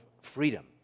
freedom